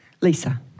Lisa